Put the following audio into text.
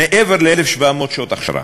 1,700 שעות הכשרה.